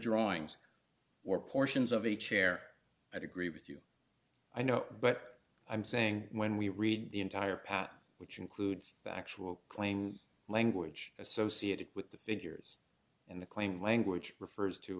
drawings were portions of a chair i'd agree with you i know but i'm saying when we read the entire path which includes the actual claimed language associated with the figures in the claim language refers to